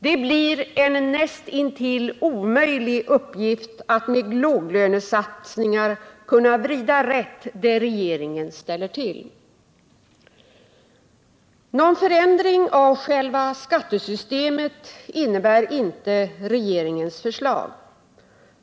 Det blir en näst intill omöjlig uppgift att med låglönesatsningar kunna vrida rätt det regeringen ställer till. Någon förändring av själva skattesystemet innebär inte regeringens förslag.